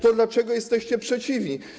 To dlaczego jesteście przeciwni?